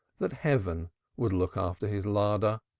that heaven would look after his larder,